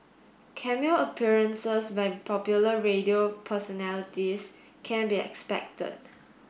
cameo appearances by popular radio personalities can be expected